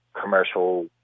commercial